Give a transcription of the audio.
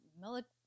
military